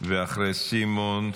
ואחרי סימון,